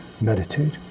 meditate